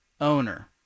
owner